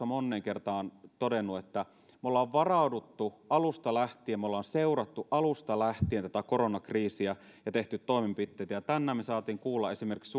moneen kertaan todennut että me olemme varautuneet alusta lähtien me olemme seuranneet alusta lähtien tätä koronakriisiä ja tehneet toimenpiteitä tänään me saimme kuulla esimerkiksi